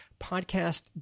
podcast